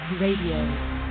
Radio